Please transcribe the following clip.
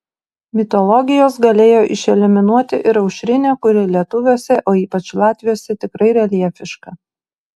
mitologijos galėjo išeliminuoti ir aušrinę kuri lietuviuose o ypač latviuose tikrai reljefiška